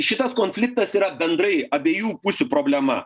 šitas konfliktas yra bendrai abiejų pusių problema